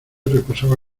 reposaba